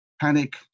panic